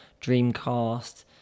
Dreamcast